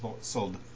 sold